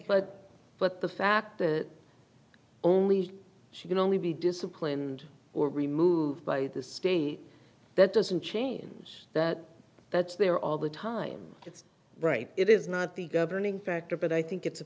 but but the fact that only she can only be disciplined or removed by the state that doesn't change that that's there all the time it's right it is not the governing factor but i think it's a